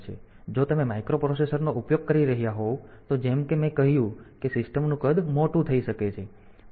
તેથી જો તમે માઇક્રોપ્રોસેસરનો ઉપયોગ કરી રહ્યા હોવ તો જેમ કે મેં કહ્યું કે સિસ્ટમનું કદ મોટું થઈ શકે છે